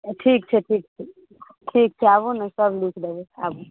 ठीक छै ठीक छै ठीक छै आबू ने सब लिख देब आबू